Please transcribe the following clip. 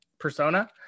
persona